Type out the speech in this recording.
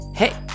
hey